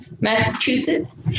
Massachusetts